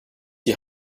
die